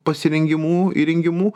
pasirengimu įrengimu